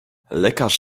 lekarz